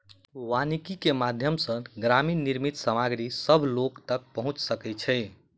वानिकी के माध्यम सॅ ग्रामीण निर्मित सामग्री सभ लोक तक पहुँच सकै छै